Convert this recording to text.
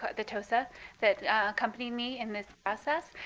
but the tosa that accompanied me in this process.